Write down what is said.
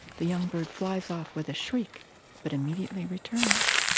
the young bird flies off with a shriek but immediately returns.